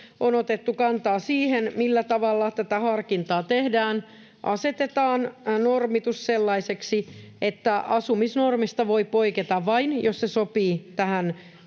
on otettu kantaa siihen, millä tavalla tätä harkintaa tehdään, asetetaan normitus sellaiseksi, että asumisnormista voi poiketa vain, jos se sopii tähän